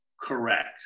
correct